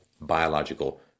biological